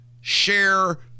share